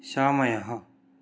समयः